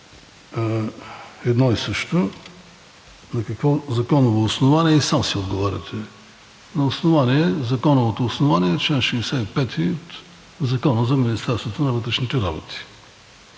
едно и също: на какво законово основание? И сам си отговаряте. Законовото основание е чл. 65 от Закона за Министерството на вътрешните работи.